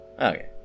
Okay